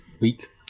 Week